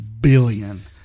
billion